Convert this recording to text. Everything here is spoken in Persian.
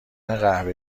قهوه